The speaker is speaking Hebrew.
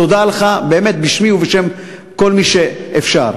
תודה לך, באמת, בשמי ובשם כל מי שאפשר.